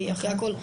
כי אחרי הכול,